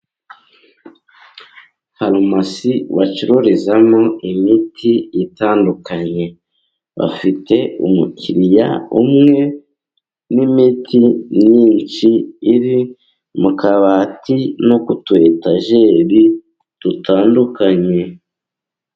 Farumasi bacururizamo imiti itandukanye, bafite umukiriya umwe, n'imiti myinshi iri mu kabati, no ku kutuyetajeri dutandukanye.